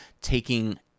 taking